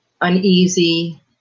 uneasy